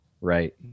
Right